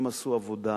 הם עשו עבודה,